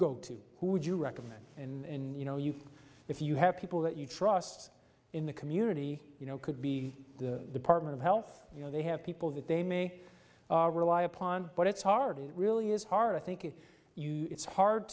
go to who would you recommend in you if you have people that you trust in the community you know could be the department of health you know they have people that they may rely upon but it's hard it really is hard i think if you it's hard